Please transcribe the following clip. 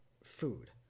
food